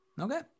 okay